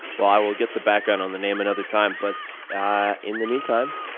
well, i will get the background on the name another time. but in the meantime,